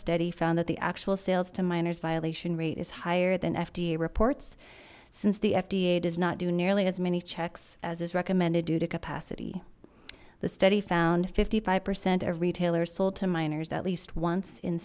study found that the actual sales to minors violation rate is higher than fda reports since the fda does not do nearly as many checks as is recommended due to capacity the study found fifty five percent of retailers sold to minors at least once in